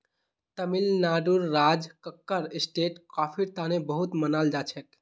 तमिलनाडुर राज कक्कर स्टेट कॉफीर तने बहुत मनाल जाछेक